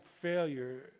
failure